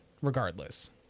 regardless